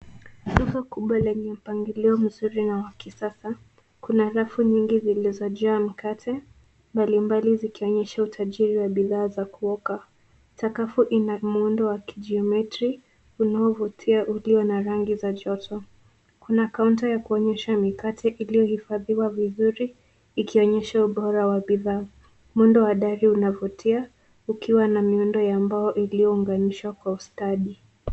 Duka kubwa lenye mpangilio mzuri na wa kisasa. Kuna rafu nyingi zilizojaa mikate mbalimbali zikionyesha utajiri wa bidhaa za kuoka. Sakafu ina muundo wa kijiometri unaovutia ulio na rangi za joto. Kuna kaunta ya kuonyesha mikate iliyohifadhwa vizuri, ikionyesha ubora wa bidhaa. Muundo wa dari unavutia ukiwa na miundo ya mbao iliyounganishwa kwa ustadi.